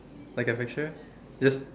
like a picture just